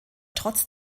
trotz